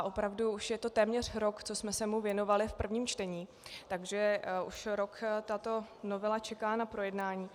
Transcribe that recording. Opravdu je to téměř rok, co jsme se mu věnovali v prvním čtení, takže už rok tato novela čeká na projednání.